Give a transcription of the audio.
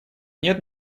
нет